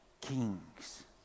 kings